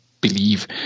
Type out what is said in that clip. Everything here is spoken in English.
believe